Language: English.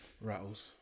Rattles